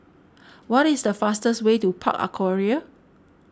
what is the fastest way to Park Aquaria